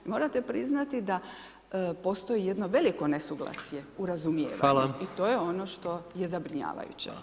Morate priznati da postoji jedno veliko nesuglasje u razumijevanju i to je ono što je zabrinjavajuće.